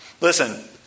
Listen